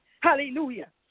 Hallelujah